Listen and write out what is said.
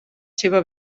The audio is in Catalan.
seva